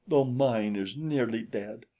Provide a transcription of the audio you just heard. though mine is nearly dead.